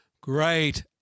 great